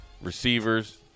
receivers